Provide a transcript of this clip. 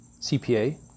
CPA